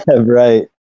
Right